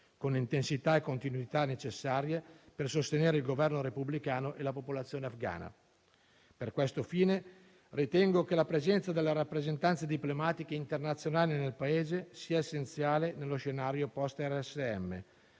con l'intensità e la continuità necessarie per sostenere il governo repubblicano e la popolazione afghana. Per questo fine ritengo che la presenza delle rappresentanze diplomatiche internazionali nel Paese sia essenziale nello scenario *post*